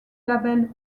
label